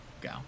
go